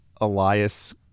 Elias